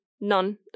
none